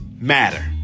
matter